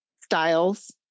styles